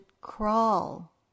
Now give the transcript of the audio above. crawl